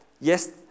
yes